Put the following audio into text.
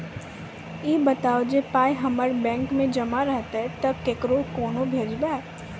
ई बताऊ जे पाय हमर बैंक मे जमा रहतै तऽ ककरो कूना भेजबै?